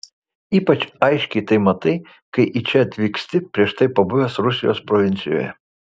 ypač aiškiai tai matai kai į čia atvyksti prieš tai pabuvęs rusijos provincijoje